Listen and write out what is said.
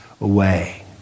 away